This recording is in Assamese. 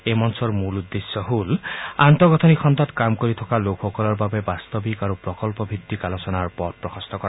এই মঞ্চৰ উদ্দেশ্য হ'ল আন্তঃগাঁঠনি খণ্ডত কাম কৰি থকা লোকসকলৰ বাবে এক বাস্তৱিক আৰু প্ৰকল্পভিত্তিক আলোচনাৰ পথ প্ৰশস্ত কৰা